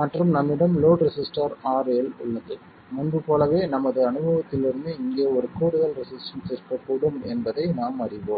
மற்றும் நம்மிடம் load resistor RL உள்ளது முன்பு போலவே நமது அனுபவத்திலிருந்து இங்கே ஒரு கூடுதல் ரெசிஸ்டன்ஸ் இருக்கக்கூடும் என்பதை நாம் அறிவோம்